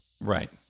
Right